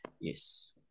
Yes